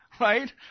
right